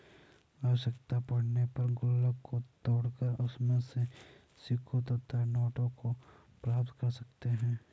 आवश्यकता पड़ने पर गुल्लक को तोड़कर उसमें से सिक्कों तथा नोटों को प्राप्त कर सकते हैं